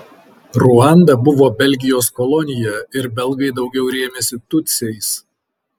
ruanda buvo belgijos kolonija ir belgai daugiau rėmėsi tutsiais